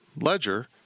ledger